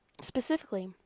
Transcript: specifically